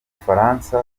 bufaransa